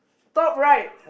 top right